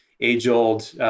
age-old